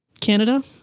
Canada